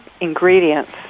ingredients